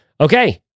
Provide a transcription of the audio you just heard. Okay